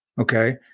okay